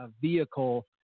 vehicle –